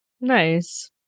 Nice